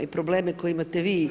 I probleme koje imate vi.